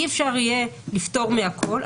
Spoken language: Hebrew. אי אפשר יהיה לפטור מהכול,